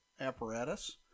apparatus